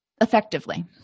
effectively